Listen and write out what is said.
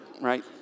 right